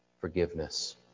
forgiveness